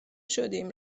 شدیم